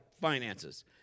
finances